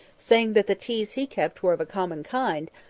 saying that the teas he kept were of a common kind,